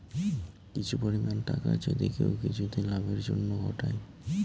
কিছু পরিমাণ টাকা যদি কেউ কিছুতে লাভের জন্য ঘটায়